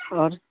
اور